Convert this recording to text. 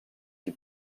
qui